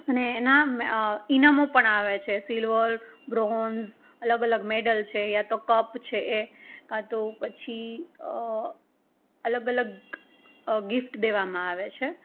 અને એના ઈનામો પણ આવે છે સિલ્વર બ્રોન્ઝ અલગ અલગ મેડલ છે યા તો કપ છે એ કાં તો પછી અલગઅલગ ગિફ્ટ દેવામાં આવે છે